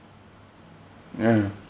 ya